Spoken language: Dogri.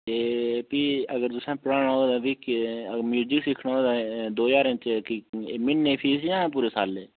ते फ्ही अगर तुसें पढ़ाना होऐ तां बी म्युजिक सिक्खना होऐ तां दो ज्हार म्हीने दी फीस जां पूरे सालै दी